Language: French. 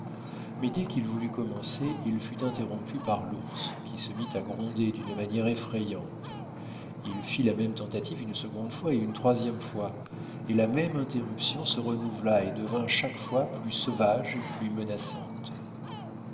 mais dès qu'il voulut commencer il fut interrompu par l'ours qui se mit à gronder d'une manière effrayante il fit la même tentative une seconde et une troisième fois et la même interruption se renouvela et devint chaque fois plus sauvage et plus menaçante